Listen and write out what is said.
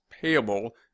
payable